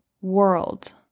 world